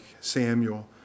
Samuel